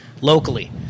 locally